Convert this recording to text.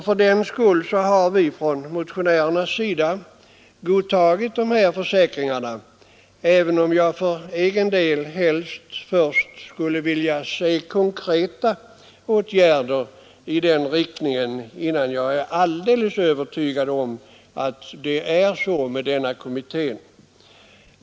Fördenskull har motionärerna godtagit försäkringarna, även om jag för egen del helst vill se konkreta åtgärder i den riktningen innan jag blir alldeles övertygad om uppgifternas riktighet.